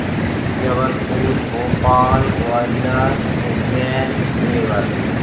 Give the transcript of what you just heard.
Jabalpur Bhopal Gwalior Ujjain देवस